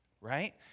right